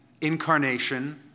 incarnation